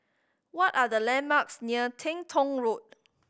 what are the landmarks near Teng Tong Road